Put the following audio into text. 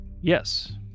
Yes